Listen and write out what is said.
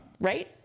Right